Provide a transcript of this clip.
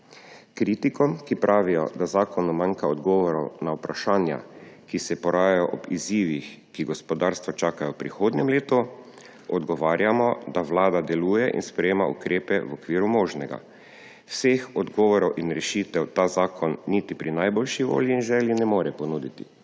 Kritikom, ki pravijo, da v zakonu manjka odgovorov na vprašanja, ki se porajajo ob izzivih, ki gospodarstvo čakajo v prihodnjem letu, odgovarjamo, da Vlada deluje in sprejema ukrepe v okviru možnega. Vseh odgovorov in rešitev ta zakon niti pri najboljši volji in želji ne more ponuditi.